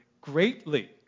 greatly